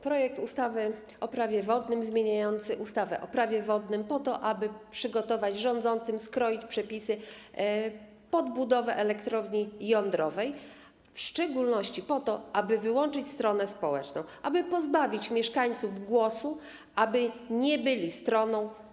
Projekt ustawy zmieniający ustawę o Prawie wodnym powstał po to, aby pomóc rządzącym skroić przepisy pod budowę elektrowni jądrowej, a w szczególności po to, aby wyłączyć stronę społeczną, aby pozbawić mieszkańców głosu, aby nie byli stroną.